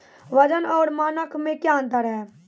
वजन और मानक मे क्या अंतर हैं?